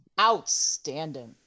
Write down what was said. outstanding